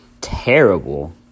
terrible